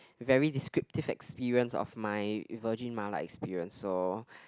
very descriptive experience of my in Virgin mala experience so